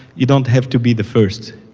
you don't have to be the first,